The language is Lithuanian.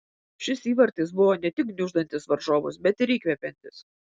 šis įvartis buvo ne tik gniuždantis varžovus bet ir įkvepiantis